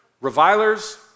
revilers